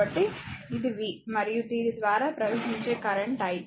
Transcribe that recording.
కాబట్టి ఇది v మరియు దీని ద్వారా ప్రవహించే కరెంట్ i